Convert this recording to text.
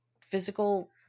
physical